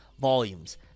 volumes